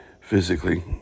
physically